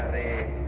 a